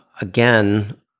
again